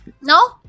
No